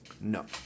no